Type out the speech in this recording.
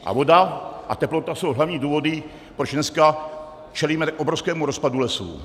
A voda a teplota jsou hlavní důvody, proč dneska čelíme tak obrovskému rozpadu lesů.